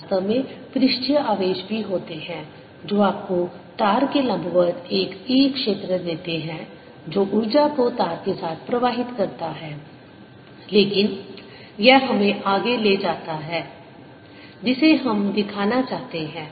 वास्तव में पृष्ठीय आवेश भी होते हैं जो आपको तार के लंबवत एक E क्षेत्र देते हैं जो ऊर्जा को तार के साथ प्रवाहित करता है लेकिन यह हमें आगे ले जाता है जिसे हम दिखाना चाहते हैं